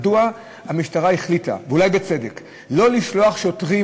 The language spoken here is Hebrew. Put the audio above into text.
מדוע המשטרה החליטה, ואולי בצדק, לא לשלוח שוטרים